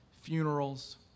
funerals